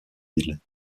villes